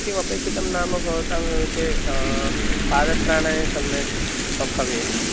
किमपेक्षितं नाम भवतां समीपे पादत्राणानि सम्यक् ब भवेत्